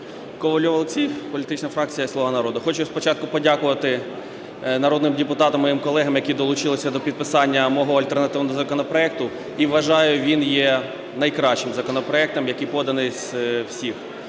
Ковальов Олексій, політична фракція "Слуга народу". Хочу спочатку подякувати народним депутатам моїм колегам, які долучилися до підписання мого альтернативного законопроекту, і вважаю, він є найкращим законопроектом, який поданий з усіх.